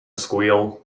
squeal